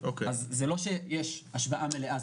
אז זה לא שיש השוואה מלאה.